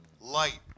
light